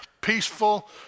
peaceful